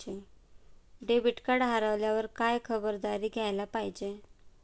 Debit card हरवल्यावर काय खबरदारी घ्यायला पाहिजे?